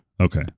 Okay